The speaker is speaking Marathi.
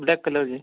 ब्लॅक कलरची